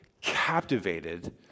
captivated